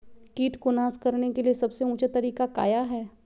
किट को नास करने के लिए सबसे ऊंचे तरीका काया है?